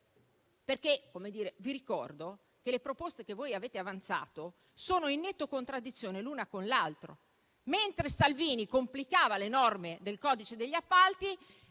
Vi ricordo che le proposte che avete avanzato sono in netta contraddizione l'una con l'altra. Mentre Salvini complicava le norme del codice degli appalti,